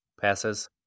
passes